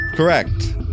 Correct